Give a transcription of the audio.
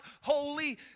holy